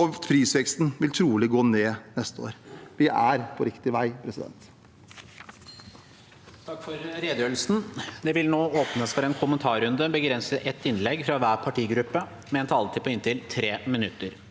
og prisveksten vil trolig gå ned neste år. Vi er på riktig vei. Presidenten